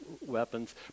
weapons